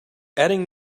adding